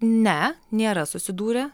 ne nėra susidūrę